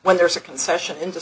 when there's a concession in